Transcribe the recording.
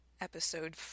episode